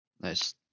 nice